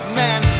man